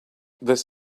this